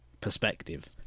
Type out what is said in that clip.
perspective